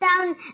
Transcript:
down